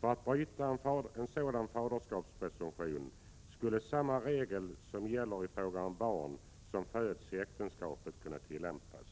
För att bryta en sådan faderskapspresumtion skulle samma regel som gäller i fråga om barn som föds i äktenskapet kunna tillämpas.